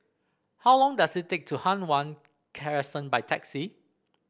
how long does it take to Hua Guan Crescent by taxi